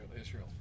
Israel